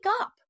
up